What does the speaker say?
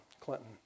Clinton